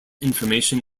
information